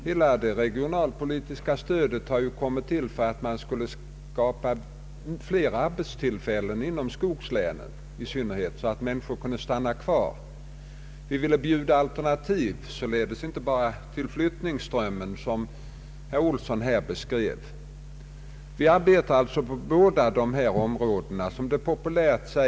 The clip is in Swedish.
Hela det regionalpolitiska stödet har ju kommit till för att skapa fler arbetstillfällen i synnerhet inom skogslänen, så att människorna kan stanna kvar där. Vi ville således bjuda alternativ till flyttningsströmmen som herr Johan Olsson beskrev. Vi arbetar alltså på båda dessa områden.